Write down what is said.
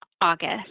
August